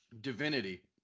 Divinity